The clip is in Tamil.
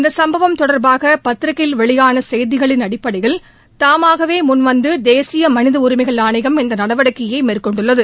இந்த சம்பவம் தொடர்பாக பத்திரிகையில் வெளியான செய்திகளின் அடிப்படையில் தாமாகவே முன்வந்து தேசிய மனித உரிமை ஆணையம் இந்த நடவடிக்கையை மேற்கொண்டுள்ளது